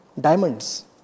Diamonds